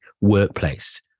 workplace